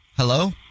Hello